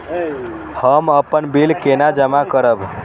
हम अपन बिल केना जमा करब?